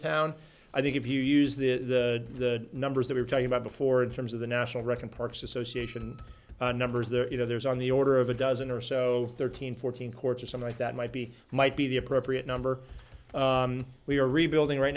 town i think if you use the numbers that we're talking about before in terms of the national reckon parks association numbers there you know there's on the order of a dozen or so thirteen fourteen courts or some like that might be might be the appropriate number we are rebuilding right